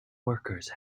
workers